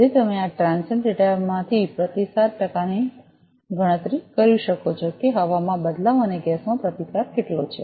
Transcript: તેથી તમે આ ટ્રાન્સિએંટ ડેટામાંથી પ્રતિસાદ ટકાની ગણતરી કરી શકો છો કે હવામાં બદલાવ અને ગેસમાં પ્રતિકાર કેટલો છે